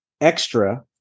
Extra